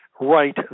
right